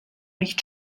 nicht